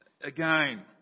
again